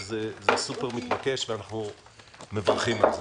זה סוּפר מתבקש ואנחנו מברכים על זה.